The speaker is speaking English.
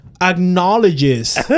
acknowledges